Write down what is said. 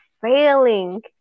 failing